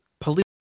police